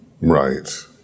right